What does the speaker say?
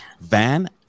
Van